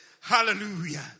Hallelujah